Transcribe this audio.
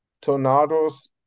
tornadoes